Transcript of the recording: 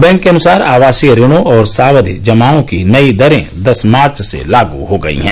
bank के अनुसार आवासीय ऋणों और सावधि जमाओं की नई दरें दस मार्च से लागू हो गई है